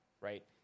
right